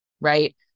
Right